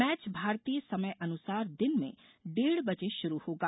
match भारतीय समय अनुसार दिन में डेढ बजे शुरू होगा